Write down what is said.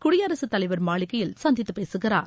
குடியரசு தலைவர் மாளிகையில் சந்தித்து பேசுகிறார்